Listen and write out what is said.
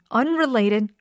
unrelated